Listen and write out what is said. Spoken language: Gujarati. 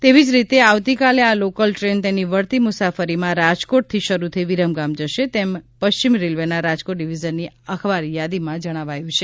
તેવી જ રીતે આવતીકાલે આ લોકલ ટ્રેન તેની વળતી મુસાફરીમાં રાજકોટથી શરૂ થઇ વિરમગામ જશે તેમ પશ્ચિમ રેલવેના રાજકોટ ડિવિઝનની અખબારી યાદીમાં જણાવાયું છે